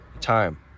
time